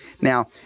Now